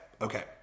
Okay